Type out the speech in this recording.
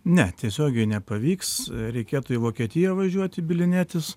ne tiesiogiai nepavyks reikėtų į vokietiją važiuoti bylinėtis